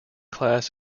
class